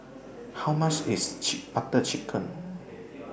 How much IS chick Butter Chicken